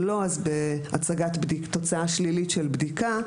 ואם לא אז בהצגת תוצאה שלילית של בדיקה,